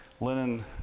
Linen